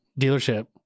dealership